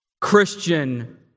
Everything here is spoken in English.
Christian